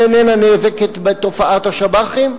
שאיננה נאבקת בתופעת השב"חים,